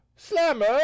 slammer